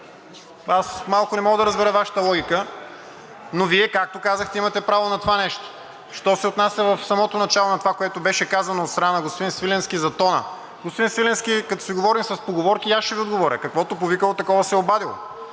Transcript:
Аз малко не мога да разбера Вашата логика, но Вие, както казахте, имате право на това нещо. Що се отнася до това, което в самото начало беше казано от страна на господин Свиленски за тона. Господин Свиленски, като си поговорим с поговорки, и аз ще Ви отговоря: „Каквото повикало – такова се обадило!“